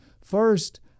First